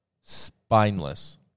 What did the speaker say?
Spineless